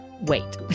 wait